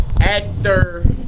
actor